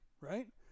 right